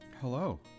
Hello